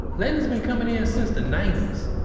leila's been coming in since the ninety s,